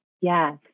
yes